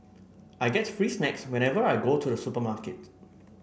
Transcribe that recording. I get free snacks whenever I go to the supermarket